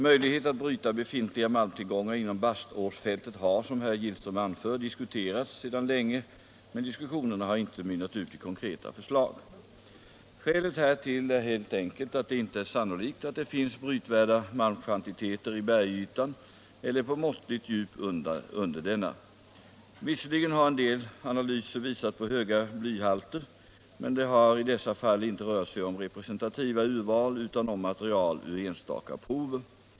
Möjlighet att bryta befintliga malmtillgångar inom Baståsfältet har, som herr Gillström anför, diskuterats sedan länge men diskussionerna har inte mynnat ut i konkreta förslag. Skälet härtill är helt enkelt att det inte är sannolikt att det finns brytvärda malmkvantiteter i bergytan eller på måttligt djup under denna. Visserligen har en del analyser visat på höga blyhalter, men det har i dessa fall inte rört sig om representativa urval utan om material ur enstaka prover.